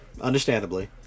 understandably